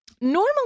Normally